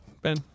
Ben